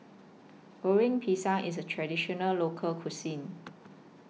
Goreng Pisang IS A Traditional Local Cuisine